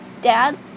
Dad